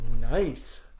Nice